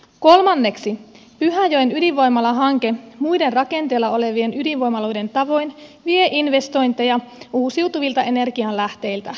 kolmanneksi pyhäjoen ydinvoimalahanke muiden rakenteilla olevien ydinvoimaloiden tavoin vie investointeja uusiutuvilta energianlähteiltä